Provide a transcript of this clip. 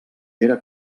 era